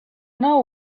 know